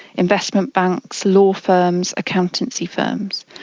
investment banks, law firms, accountancy firms.